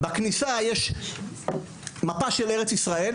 בכניסה תלויה מפה של ארץ ישראל,